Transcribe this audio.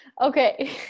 Okay